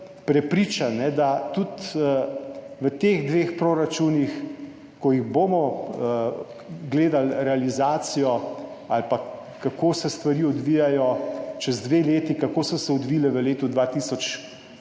prepričan, da tudi v teh dveh proračunih, ko bomo gledali realizacijo ali pa kako se stvari odvijajo čez dve leti, kako so se odvile v letu 2024